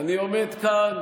אני עומד כאן